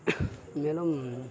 மேலும்